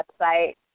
website